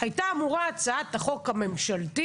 הייתה אמורה הצעת החוק הממשלתית